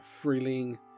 Freeling